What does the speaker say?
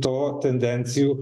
to tendencijų